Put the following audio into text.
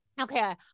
Okay